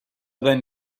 then